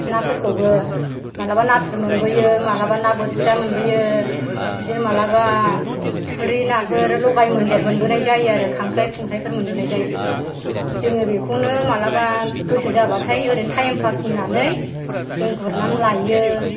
नाफोरखौबो मालाबा नाथुर मोनबोयो मालाबा ना बोथिया मोनबोयो बिदिनो मालाबा थुरि नाफोर लगाय मोन्देर मोनबोनाय जायो आरो खांख्राय खुंख्रायफोर मोनबोनाय जायो जोङो बेखौनो मालाबा गोसो जाबाथाय ओरैनो टाइमपास होन्नानै जों गुरनानै लाइयो